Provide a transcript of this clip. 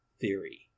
theory